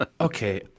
Okay